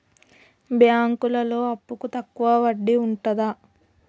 బ్యాంకులలో అప్పుకు తక్కువ వడ్డీ ఉంటదా?